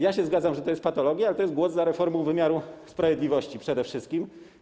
Ja się zgadzam, że to jest patologia, ale to jest głos za reformą wymiaru sprawiedliwości przede wszystkim.